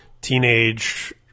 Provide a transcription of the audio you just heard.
teenage